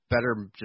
better